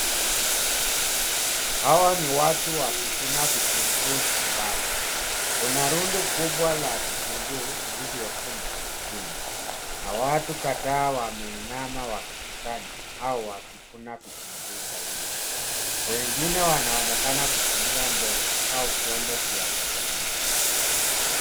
Hawa ni watu wakivuna vitunguu shambani. Kuna rundo kubwa la vitunguu vilivyovunwa chini na watu kadhaa wameinama wakikusanya au wakivuna vitunguu zaidi. Wengine wanaonekana kutumia ndoo au vyombo vya kusanyia.